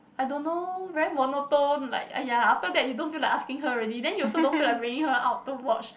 I don't know very monotone like !aiya! after that you don't feel like asking her already then you also don't feel like bringing her out to watch